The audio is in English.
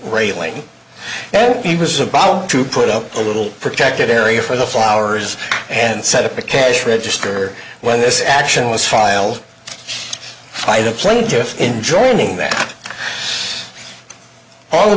railing he was about to put up a little protected area for the flowers and set up the cash register when this action was filed by the plaintiffs in joining that